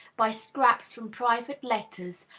by scraps from private letters,